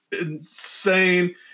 insane